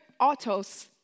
autos